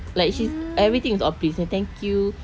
like she's everything is all please like thank you